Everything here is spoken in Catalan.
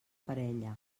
parella